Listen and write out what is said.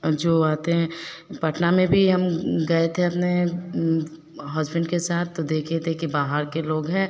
और जो आते हैं पटना में भी हम गए थे अपने हस्बैंड के साथ तो देखे थे कि बाहर के लोग हैं